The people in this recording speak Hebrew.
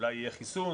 אולי יהיה חיסון,